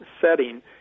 setting